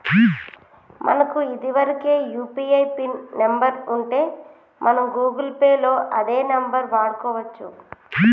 మనకు ఇదివరకే UPI PIN number ఉంటే మనం గూగుల్ పే లో అదే నెంబర్ వాడుకోవచ్చు